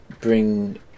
bring